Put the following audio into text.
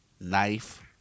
Knife